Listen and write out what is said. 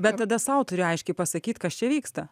bet tada sau turi aiškiai pasakyt kas čia vyksta